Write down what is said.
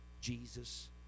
Jesus